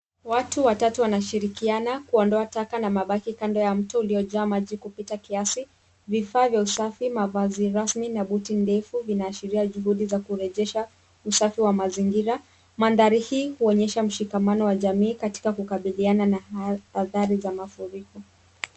Watu watatu wanashirikiana kuondoa taka na mabaki kando ya mto uliojaa maji kupita kiasi, vifaa vya usafi, mavazi rasmi na buti ndefu vinaashiria juhudi za kurejesha usafi wa mazingira, Mandhari hii huonyesha mshikamano wa jamii katika kukabidhiana na athari za mafuriko.